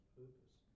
purpose